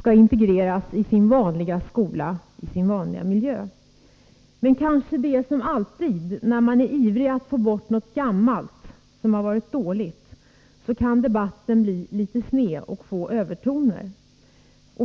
skall integreras i sin vanliga skola i sin vanliga miljö. Men som alltid, när man är ivrig att få bort något gammalt system som har fungerat mycket dåligt, kan debatten kanske gå litet snett och få övertoner.